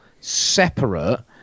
separate